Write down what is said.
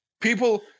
people